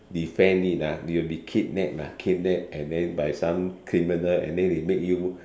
defend it ah you'll be kidnapped ah kidnapped and then by some criminal and then they make you